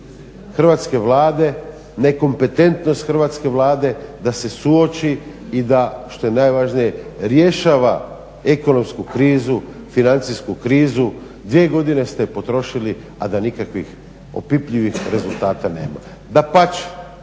Hrvatske vlade, nekompetentnost Hrvatske vlade da se suoči i da što je najvažnije rješava ekonomsku krizu, financijsku krizu. 2 godine ste potrošili a da nikakvih opipljivih rezultata nema. Dapače,